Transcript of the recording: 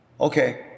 okay